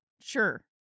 sure